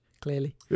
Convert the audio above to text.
clearly